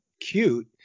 cute